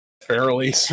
fairly